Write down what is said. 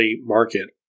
market